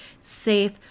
safe